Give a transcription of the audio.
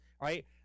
right